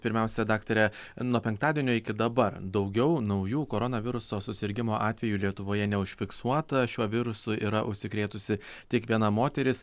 pirmiausia daktare nuo penktadienio iki dabar daugiau naujų koronaviruso susirgimo atvejų lietuvoje neužfiksuota šiuo virusu yra užsikrėtusi tik viena moteris